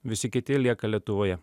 visi kiti lieka lietuvoje